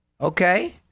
Okay